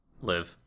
live